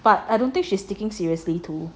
but I don't think she's taking seriously too